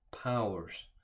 powers